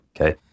Okay